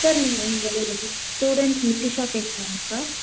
sir உங் உங்களோட student Nithisha பேசுகிறேங்க சார்